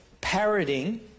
parroting